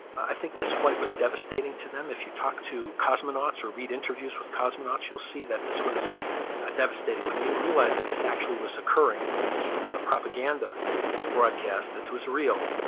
i think this flight was devastating to them. if you talk to cosmonauts or read interviews with cosmonauts, you'll see that this was a devastating, when they realized that this actually was occurring, and this was not a propaganda broadcast, this was real,